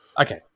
Okay